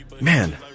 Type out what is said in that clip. man